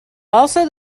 also